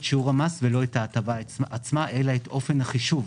שיעור המס ולא את ההטבה עצמה אלא את אופן החישוב,